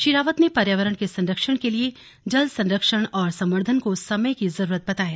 श्री रावत ने पर्यावरण के संरक्षण के लिए जल संरक्षण और संवर्द्धन को समय की जरूरत बताया